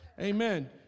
Amen